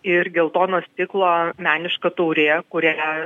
ir geltono stiklo meniška taurė kurią